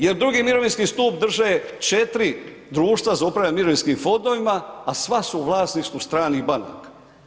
Jer drugi mirovinski stup drže četiri društva za upravljanje mirovinskim fondovima a sva su u vlasništvu stranih banaka.